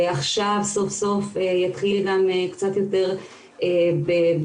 עכשיו סוף סוף יתחיל גם קצת יותר פיזית,